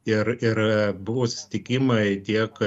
ir ir buvo susitikimai tiek